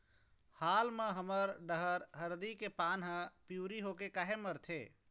हाल मा हमर डहर हरदी के पान हर पिवरी होके काहे मरथे?